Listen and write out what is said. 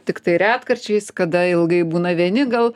tiktai retkarčiais kada ilgai būna vieni gal